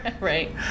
Right